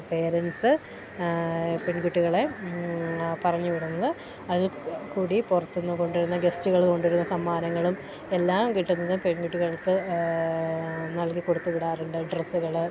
parents പെൺകുട്ടികളെ പറഞ്ഞുവിടുന്നത് അതിൽക്കൂടി പുറത്തുനിന്ന് കൊണ്ടുവരുന്ന ഗസ്റ്റുകള് കൊണ്ടുവരുന്ന സമ്മാനങ്ങളും എല്ലാം കിട്ടുന്നത് പെൺകുട്ടികൾക്ക് നൽകി കൊടുത്തുവിടാറുണ്ട് ഡ്രസ്സുകള്